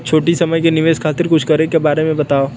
छोटी समय के निवेश खातिर कुछ करे के बारे मे बताव?